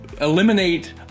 eliminate